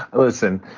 listen.